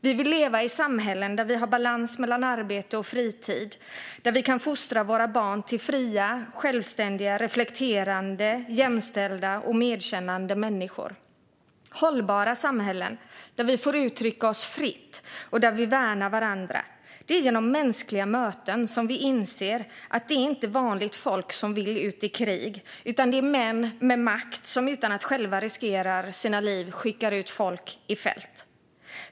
Vi vill leva i samhällen där vi har balans mellan arbete och fritid och där vi kan fostra våra barn till fria, självständiga, reflekterande, jämställda och medkännande människor - hållbara samhällen, där vi får uttrycka oss fritt och där vi värnar varandra. Det är genom mänskliga möten vi inser att det inte är vanligt folk som vill ut i krig, utan det är män med makt som utan att själva riskera sina liv skickar ut folk i fält.